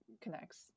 connects